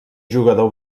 jugador